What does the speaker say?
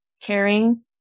Caring